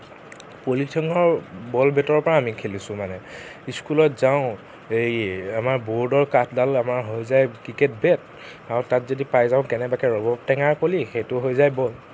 পলিথিনৰ বল বেটৰ পৰা আমি খেলিছোঁ মানে স্কুলত যাওঁ এই আমাৰ ব'ৰ্ডৰ কাঠডাল হৈ যায় আমাৰ ক্ৰিকেট বেট আৰু তাত যদি পাই যাওঁ কেনেবাকে ৰবাব টেঙাৰ কলি সেইটো হৈ যায় বল